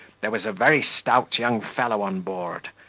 there was a very stout young fellow on board,